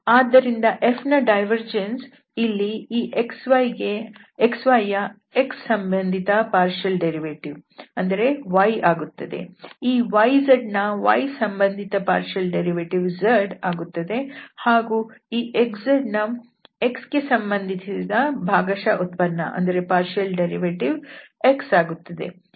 ಆದ್ದರಿಂದ Fನ ಡೈವರ್ಜೆನ್ಸ್ ಇಲ್ಲಿ ಈ xyಯ x ಸಂಬಂಧಿತ ಭಾಗಶಃ ವ್ಯುತ್ಪನ್ನ ವು y ಆಗುತ್ತದೆ ಈ yzಯ y ಸಂಬಂಧಿತ ಭಾಗಶಃ ವ್ಯುತ್ಪನ್ನ ವು z ಆಗುತ್ತದೆ ಈ xzಯ z ಸಂಬಂಧಿತ ಭಾಗಶಃ ವ್ಯುತ್ಪನ್ನ ವು x ಆಗುತ್ತದೆ